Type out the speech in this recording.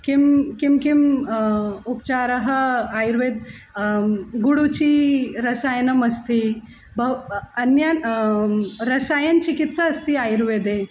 किं किं किम् उपचारः आयुर्वेदः गुडुचीरसायनमस्ति बहवः अन्यान् रसायनचिकित्सा अस्ति आयुर्वेदे